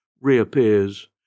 reappears